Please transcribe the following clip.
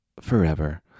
forever